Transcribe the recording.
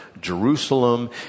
Jerusalem